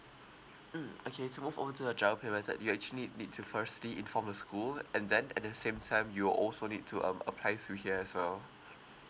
mm okay to move on to the giro payment that you actually need need to firstly inform the school and then at the same time you'll also need to um apply through here as well